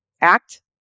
act